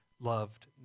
loved